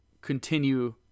continue